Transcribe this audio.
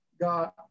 god